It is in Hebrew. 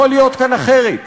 יכול להיות כאן אחרת.